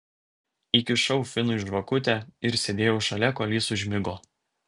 įkišau finui žvakutę ir sėdėjau šalia kol jis užmigo